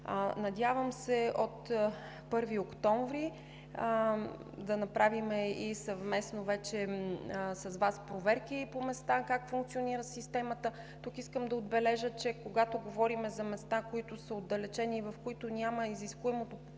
Надявам се от 1 октомври съвместно с Вас да направим проверки по места как функционира системата. Тук искам да отбележа, че когато говорим за места, които са отдалечени, в които няма изискуемото покритие